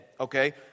Okay